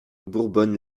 bourbonne